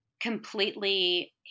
completely